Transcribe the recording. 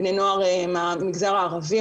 בני נוער מהמגזר הערבי,